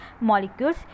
molecules